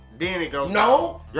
No